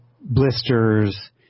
blisters